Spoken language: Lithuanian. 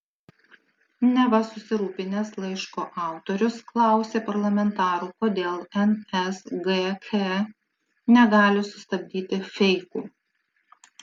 neva susirūpinęs laiško autorius klausė parlamentarų kodėl nsgk negali sustabdyti feikų